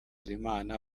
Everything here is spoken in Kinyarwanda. harerimana